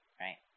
right